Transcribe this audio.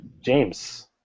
James